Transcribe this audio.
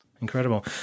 Incredible